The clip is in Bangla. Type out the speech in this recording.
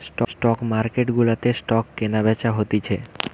স্টক মার্কেট গুলাতে স্টক কেনা বেচা হতিছে